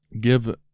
Give